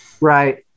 Right